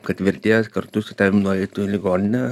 kad vertėjas kartu su tavim nueitų į ligoninę